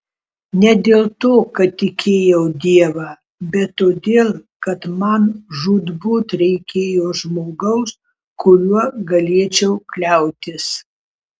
ne dėl to kad tikėjau dievą bet todėl kad man žūtbūt reikėjo žmogaus kuriuo galėčiau kliautis